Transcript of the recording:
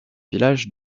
village